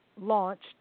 launched